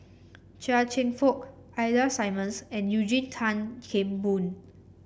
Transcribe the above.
Chia Cheong Fook Ida Simmons and Eugene Tan Kheng Boon